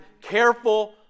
careful